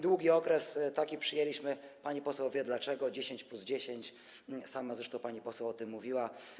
długi okres, taki przyjęliśmy, pani poseł wie dlaczego, 10 + 10, sama zresztą pani poseł o tym mówiła.